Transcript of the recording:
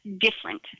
different